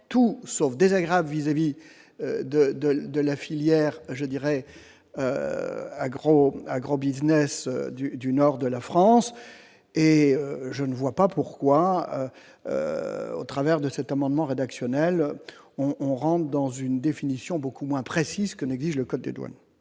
tout sauf désagréable vis-à-vis de de de la filière, je dirais, gros agrobusiness du du nord de la France et je ne vois pas pourquoi au travers de cet amendement rédactionnel on on rentre dans une définition beaucoup moins précise que l'exige le code des douanes.